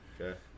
Okay